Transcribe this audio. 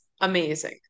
amazing